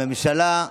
הממשלה,